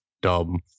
dumb